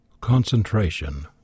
Concentration